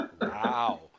Wow